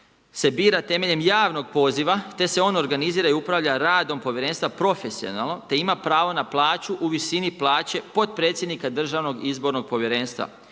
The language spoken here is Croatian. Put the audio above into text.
se bira temeljem javnog poziva te se on organizira i upravlja radom povjerenstva profesionalno te ima pravo na plaću u visini plaće potpredsjednika Državnog izbornog povjerenstva